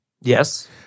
Yes